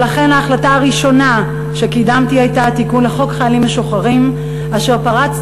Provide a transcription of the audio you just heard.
ולכן ההחלטה הראשונה שקידמתי הייתה תיקון לחוק חיילים משוחררים אשר פרץ